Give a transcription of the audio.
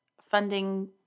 funding